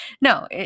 No